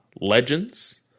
Legends